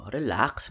Relax